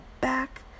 back